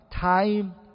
time